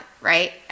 right